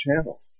channel